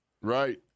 Right